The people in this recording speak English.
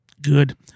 good